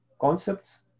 concepts